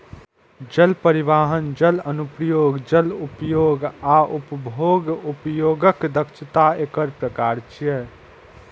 जल परिवहन, जल अनुप्रयोग, जल उपयोग आ उपभोग्य उपयोगक दक्षता एकर प्रकार छियै